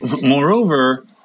Moreover